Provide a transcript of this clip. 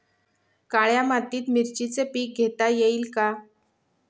काळ्या मातीत मिरचीचे पीक घेता येईल का?